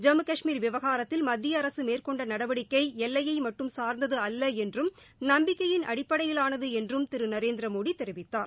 ஜம்மு கஷ்மீர் விவகாரத்தில் மத்திய அரசு மேற்கொண்ட நடவடிக்கை எல்லையையை மட்டும் சார்ந்தது அல்ல என்றும் நம்பிக்கையின் அடிப்படையிலானது என்றும் திரு நரேந்திர மோடி தெரிவித்தார்